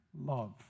love